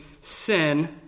sin